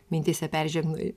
mintyse peržegnoju